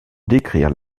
décrire